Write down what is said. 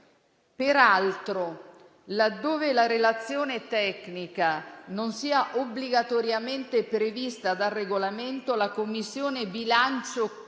Peraltro, laddove la relazione tecnica non sia obbligatoriamente prevista dal Regolamento, la Commissione bilancio dispone